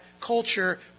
culture